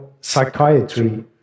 psychiatry